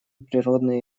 природные